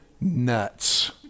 nuts